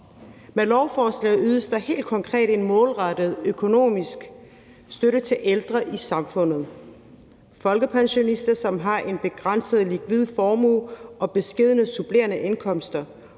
Med lovforslaget ydes der helt konkret en målrettet økonomisk støtte til ældre i samfundet. Det drejer sig om folkepensionister, som har en begrænset likvid formue og beskedne supplerende indkomster,